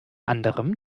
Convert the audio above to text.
anderem